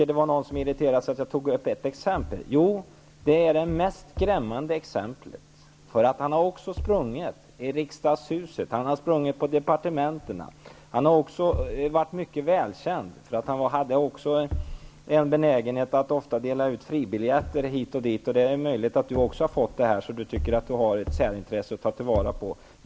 Det var någon som irriterades av att jag tog upp ett exempel. Det är det mest skrämmande exemplet. Han har också sprungit i riksdagshuset och på departementen. Han har varit mycket välkänd för att han hade en benägenhet att dela ut fribiljetter hit och dit. Det är möjligt att Bengt Wittbom också har fått det, så att han tycker att han har ett särintresse att ta till vara.